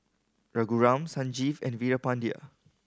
Raghuram Sanjeev and Veerapandiya